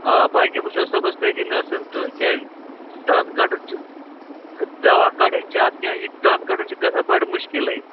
آ باقٕے وُچھُو صُبحس تٔتۍ نَس تہٕ کیٛازِ دنٛد کَڈُن چھُ تہٕ دواہ کَڈُن چھا اتھ کیٚنٛہہ یہِ دنٛد کَڈُن چھُ گژھان بڈٕ مُشکلٕے